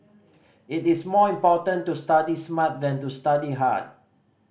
it is more important to study smart than to study hard